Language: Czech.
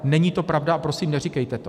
Není to pravda a prosím, neříkejte to.